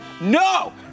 no